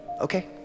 okay